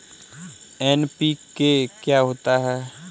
NPK क्या होता है?